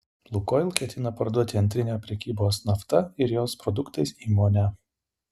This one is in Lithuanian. lukoil ketina parduoti antrinę prekybos nafta ir jos produktais įmonę